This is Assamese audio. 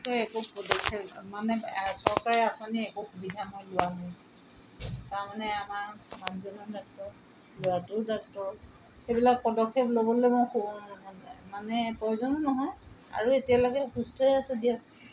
এক পদক্ষেপ মানে চৰকাৰে আঁচনি একো সুবিধা মই লোৱা নাই তাৰমানে আমাৰ মানুহজনো ডাক্তৰ ল'ৰাটোও ডাক্তৰ সেইবিলাক পদক্ষেপ ল'বলৈ মোৰ মানে প্ৰয়োজনো নহয় আৰু এতিয়ালৈকে সুস্থই আছোঁ দিয়া